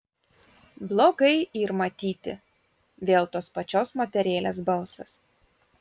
blogai yr matyti vėl tos pačios moterėlės balsas